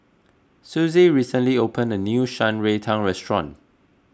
Susie recently opened a new Shan Rui Tang Restaurant